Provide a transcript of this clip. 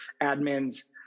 admins